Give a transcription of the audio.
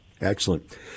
Excellent